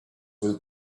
will